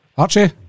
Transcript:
Archie